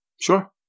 sure